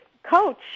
coach